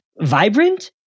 vibrant